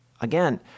Again